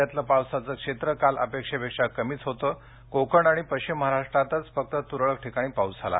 राज्यातलं पावसाचं क्षेत्र काल अपेक्षेपेक्षा कमीच होतं कोकण आणि पश्चिम महाराष्ट्रातच फक्त तुरळक ठिकाणी पाऊस झाला